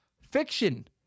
fiction